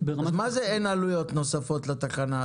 מה זה אין עליות נוספות לתחנה הזאת?